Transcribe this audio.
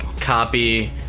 copy